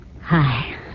Hi